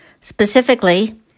specifically